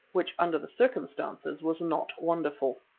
which under the circumstances was not wonderful.